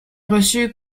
reçu